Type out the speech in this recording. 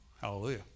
Hallelujah